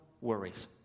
worries